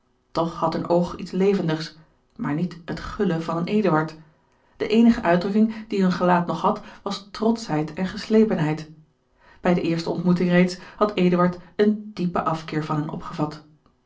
toch had hun oog iets levendigs maar niet het gulle van een eduard de eenige uitdrukking die hun gelaat nog had was trotschheid en geslepenheid bij de eerste ontmoeting reeds had eduard een diep afkeer van hen opgevat